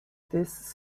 this